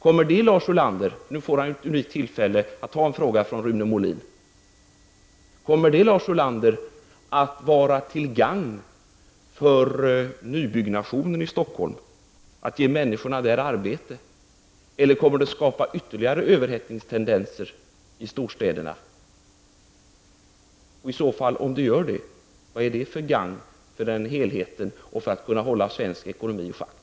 Nu får Lars Ulander ett unikt tillfälle att ta en fråga från Rune Molin: Kommer det att vara till gagn för nybyggnationen i Stockholm och att ge människorna där arbete, eller kommer det att skapa ytterligare överhettningstendenser i storstäderna? Är det i så fall till gagn för helheten och för att man skall kunna hålla svensk ekonomi i schack?